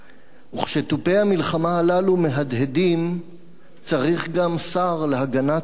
וכשתופי המלחמה הללו מהדהדים צריך גם שר להגנת העורף.